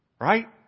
Right